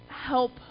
Help